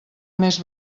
més